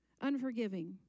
Unforgiving